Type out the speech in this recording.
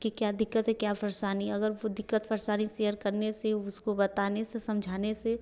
कि क्या दिक्कत है क्या परेशानी अगर वह दिक्कत परेशानी सेयर करने से उसको बताने से समझाने से